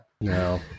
No